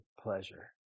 pleasure